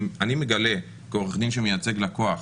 אם אני מגלה כעורך דין שמייצג לקוח,